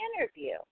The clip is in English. interview